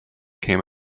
came